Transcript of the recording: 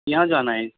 یہاں جانا ہے